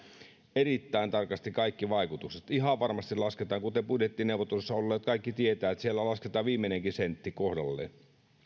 erittäin tarkasti kaikki vaikutukset ihan varmasti lasketaan kuten budjettineuvotteluissa olleet kaikki tietävät siellä lasketaan viimeinenkin sentti kohdalleen